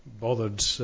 bothered